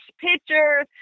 pictures